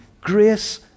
Grace